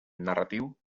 narratiu